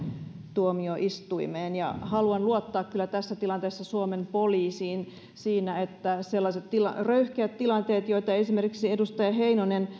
tuomioistuimeen ja haluan kyllä luottaa tässä tilanteessa suomen poliisiin siinä että sellaiset röyhkeät tilanteet joita esimerkiksi edustaja heinonen